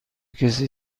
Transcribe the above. کسی